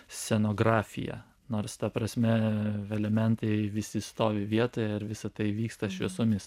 scenografija nors ta prasme elementai visi stovi vietoje ir visa tai vyksta šviesomis